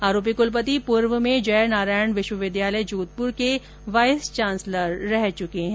आरोपी कुलपति पूर्व में जयनारायण विश्वविद्यालय जोधपुर के वाइस चांसलर रह चुके हैं